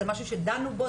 זה משהו שדנו בו.